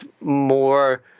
more